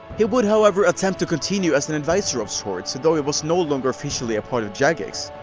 he would however attempt to continue as an advisor of sorts, though he was no longer officially a part of jagex.